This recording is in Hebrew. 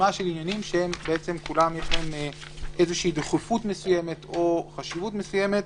רשימה של עניינים שלכולם יש דחיפות מסוימת או חשיבות מסוימת.